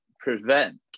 prevent